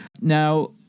Now